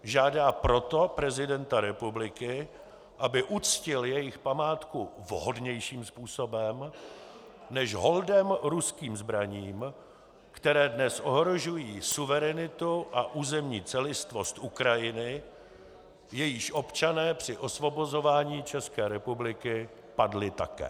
Žádá proto prezidenta republiky, aby uctil jejich památku vhodnějším způsobem než holdem ruským zbraním, které dnes ohrožují suverenitu a územní celistvost Ukrajiny, jejíž občané při osvobozování České republiky padli také.